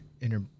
Inner